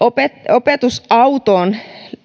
opetusautoon